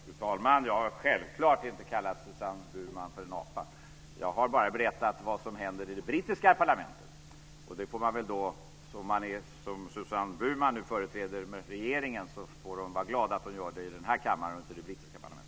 Fru talman! Jag har självklart inte kallat Susanne Burman för en apa. Jag har bara berättat vad som händer i det brittiska parlamentet. Eftersom Susanne Burman företräder regeringen får hon vara glad att hon gör det i den här kammaren och inte i det brittiska parlamentet.